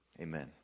Amen